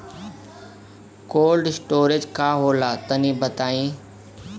Cold storage का होला तनि बताई?